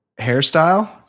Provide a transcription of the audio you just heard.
hairstyle